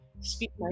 speak